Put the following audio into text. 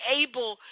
able